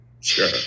Sure